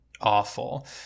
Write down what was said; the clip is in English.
awful